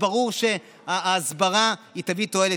ברור שההסברה תביא יותר תועלת.